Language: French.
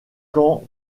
quand